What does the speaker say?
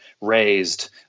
raised